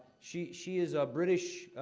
she she is a british-born,